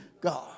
God